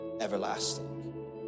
everlasting